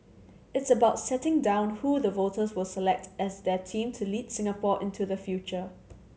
it's about setting down who the voters will select as their team to lead Singapore into the future